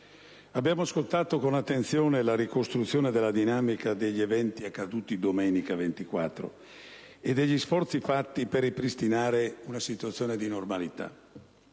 abbiamo ascoltato con attenzione la ricostruzione della dinamica degli eventi accaduti domenica 24 luglio e degli sforzi fatti per ripristinare una situazione di normalità.